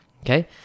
okay